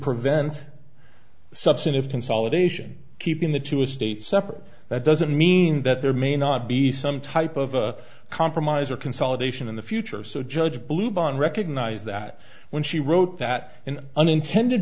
prevent substantive consolidation keeping the two estate separate that doesn't mean that there may not be some type of compromise or consolidation in the future so judge bluebonnet recognize that when she wrote that an unintended